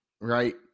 right